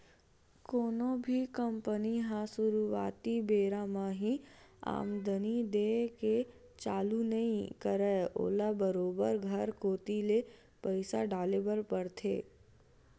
कोनो भी कंपनी ह सुरुवाती बेरा म ही आमदानी देय के चालू नइ करय ओला बरोबर घर कोती ले पइसा डाले बर परथे